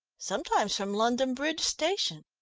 sometimes from london bridge station.